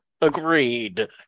Agreed